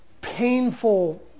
painful